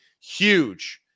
huge